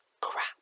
crap